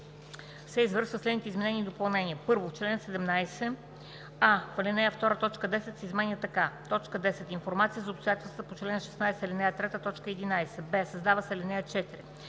се извършват следните изменения и допълнения: